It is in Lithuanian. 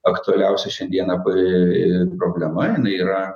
aktualiausia šiandieną pai problema jinai yra